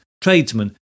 tradesmen